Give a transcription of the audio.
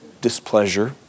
displeasure